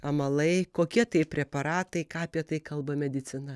amalai kokie tai preparatai ką apie tai kalba medicina